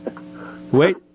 Wait